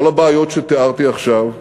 כל הבעיות שתיארתי עכשיו,